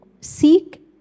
Seek